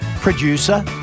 Producer